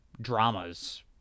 dramas